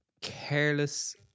careless